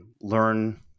learn